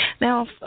Now